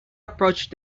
approach